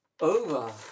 over